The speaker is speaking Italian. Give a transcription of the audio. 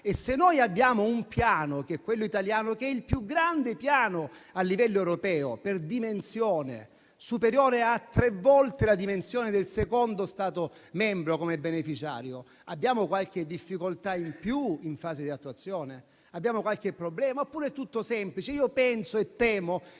e se noi abbiamo un piano, quello italiano, il più grande piano a livello europeo per dimensione, superiore a tre volte la dimensione del secondo Stato membro come beneficiario, abbiamo qualche difficoltà in più in fase di attuazione? Abbiamo qualche problema oppure è tutto semplice? Io penso e temo